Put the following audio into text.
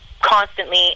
constantly